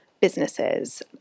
businesses